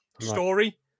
story